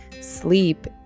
sleep